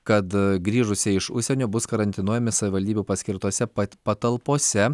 kad grįžusieji iš užsienio bus karantinuojami savivaldybių paskirtose patalpose